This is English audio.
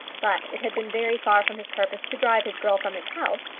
but it had been very far from his purpose to drive his girl from his house,